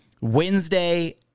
Wednesday